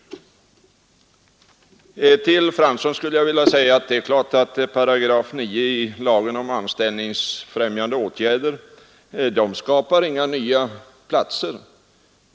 Det är klart, herr Fransson, att 9 § lagen om anställningsfrämjande åtgärder skapar inga nya platser.